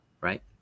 right